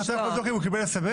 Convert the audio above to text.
אתה יכול דעת אם הוא קיבל סמס?